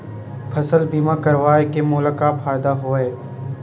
फसल बीमा करवाय के मोला का फ़ायदा हवय?